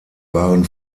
waren